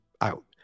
out